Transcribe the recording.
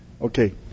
Okay